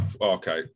okay